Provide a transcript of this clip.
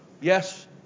Yes